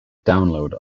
download